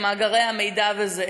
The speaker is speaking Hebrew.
ל-V15, עם מאגרי המידע וזה.